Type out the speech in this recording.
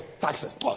Taxes